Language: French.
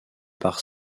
par